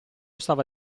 stava